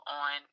on